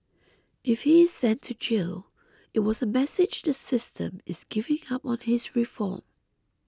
if he is sent to jail it was a message the system is giving up on his reform